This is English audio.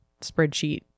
spreadsheet